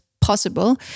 possible